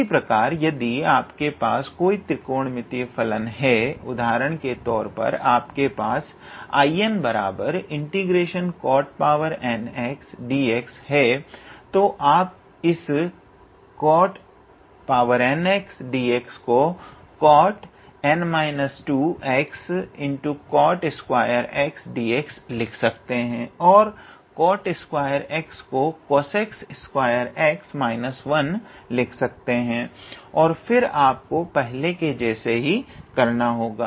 इसी प्रकार यदि आपके पास कोई और त्रिकोणमितीय फलन हैं उदाहरण के तौर पर आपके पास 𝐼𝑛∫𝑐𝑜𝑡𝑛𝑥𝑑𝑥 हे तो आप इस 𝑐𝑜𝑡𝑛𝑥𝑑𝑥 को 𝑐𝑜𝑡𝑛−2𝑥𝑐𝑜𝑡2𝑥𝑑𝑥 लिख सकते हें और 𝑐𝑜𝑡2𝑥 को 𝑐𝑜𝑠𝑒𝑐2𝑥−1 लिख सकते हें और फिर आपको पहले के जैसे ही करना होगा